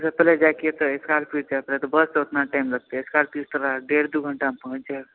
नहि तऽ बससँ ओतना टाइम लगतै स्कॉर्पियोसँ तऽ वएह डेढ़ दू घण्टामे पहुँच जायब